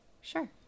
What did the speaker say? Sure